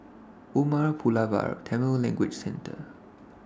Umar Pulavar Tamil Language Centre